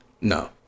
No